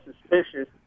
suspicious